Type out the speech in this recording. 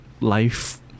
life